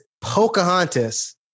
Pocahontas